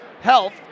Health